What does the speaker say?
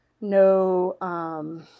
no